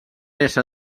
ésser